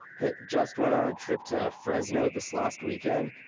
just went on a trip to fresno this last weekend,